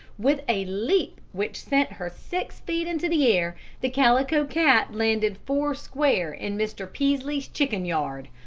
with a leap which sent her six feet into the air the calico cat landed four-square in mr. peaslee's chicken-yard,